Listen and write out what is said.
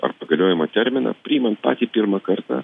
arba galiojimo terminą priimant patį pirmą kartą